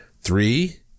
Three